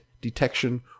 detection